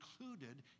included